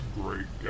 great